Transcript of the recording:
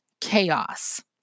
chaos